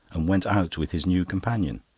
and went out with his new companion.